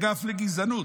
אגף לגזענות,